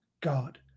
God